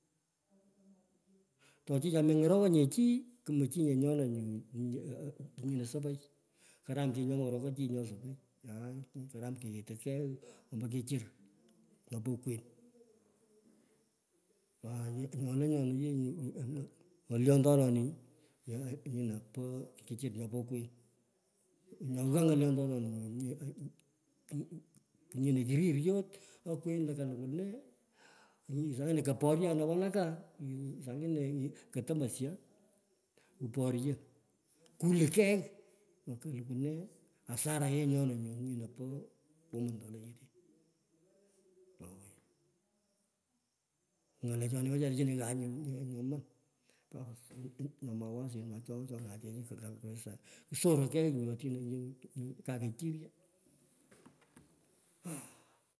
Ato chi nye nyomeng'oroko. Chi, kumechi nye nyona nyuu kunyino sopoy. Karam chi nyo nyo ngurokoi chi nyo sopoy, aaai, karam keyetekei embo kichir nyopo okwen aaa, nyoninyoniyee nyuu, ng'olyontenoni, nyino po kichir nyopo okwen nye ghaa ny'olyontononi kinyino kiriryo okwen lo kalukwo nee anyine saa ingine kaporyo. kaluu kei. nyo kalukwo nee, hasara yee nyo nyino po kumun tulee nyete owoy. Ng'alechona wechara nyu chino ghaach nyoman kusoroi kei nyu otino. Kakechiryo.